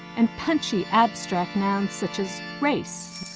and punchy, abstract nouns such as race,